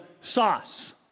sauce